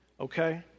okay